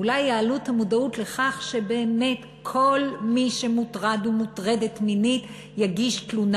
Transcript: אולי יעלו את המודעות לכך שבאמת כל מי שמוטרד ומוטרדת מינית יגיש תלונה.